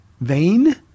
vain